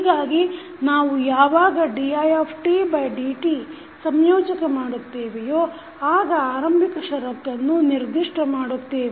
ಹೀಗಾಗಿ ನಾವು ಯಾವಾಗ didt ಸಂಯೋಜಕ ಮಾಡುತ್ತೇವೆಯೋ ಆಗ ಆರಂಭಿಕ ಷರತ್ತನ್ನು ನಿರ್ದಿಷ್ಟ ಮಾಡುತ್ತೇವೆ